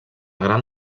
gran